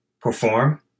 perform